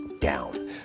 down